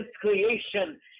creation